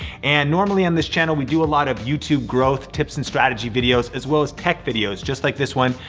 and normally on this channel we do a lot of youtube growth, tips and strategy videos, as well as tech videos, just like this one.